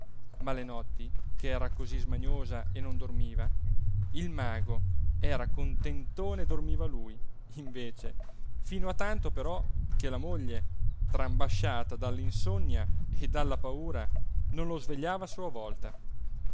ma le notti che era così smaniosa e non dormiva il mago era contentone e dormiva lui invece fino a tanto però che la moglie trambasciata dall'insonnia e dalla paura non lo svegliava a sua volta